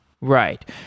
Right